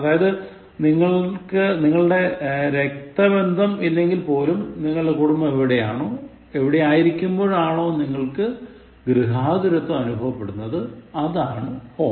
അതായത് നിങ്ങളുടെ രക്തബന്ധം അല്ലെങ്കിൽ പോലും നിങ്ങളുടെ കുടുംബം എവിടെയാണോ എവിടെയായിരിക്കുമ്പോളാണോ നിങ്ങൾക്ക് ഗൃഹാതുരത്വം അനുഭവപ്പെടുന്നത് അതാണ് home